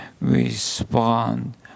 respond